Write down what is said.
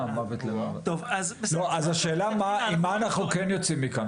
אז השאלה עם מה אנחנו כן יוצאים מכאן,